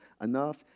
enough